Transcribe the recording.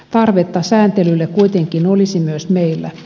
tarvetta sääntelylle kuitenkin olisi myös meillä